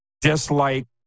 dislike